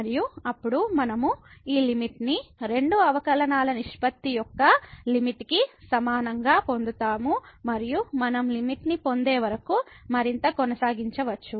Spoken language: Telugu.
మరియు అప్పుడు మనము ఈ లిమిట్ ని రెండవ అవకలనాల నిష్పత్తి యొక్క లిమిట్ కి సమానంగా పొందుతారు మరియు మనం లిమిట్ ని పొందే వరకు మరింత కొనసాగించవచ్చు